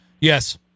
Yes